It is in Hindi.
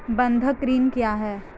बंधक ऋण क्या है?